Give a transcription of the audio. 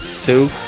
Two